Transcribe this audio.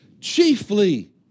chiefly